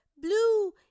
blue